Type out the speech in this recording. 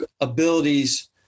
abilities